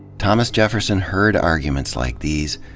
thomas jefferson heard arguments like these,